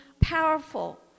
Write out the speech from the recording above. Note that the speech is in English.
powerful